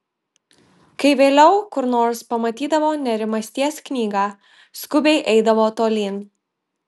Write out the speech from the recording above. kai vėliau kur nors pamatydavo nerimasties knygą skubiai eidavo tolyn